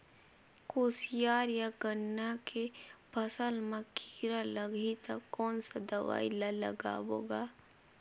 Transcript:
कोशियार या गन्ना के फसल मा कीरा लगही ता कौन सा दवाई ला लगाबो गा?